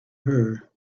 her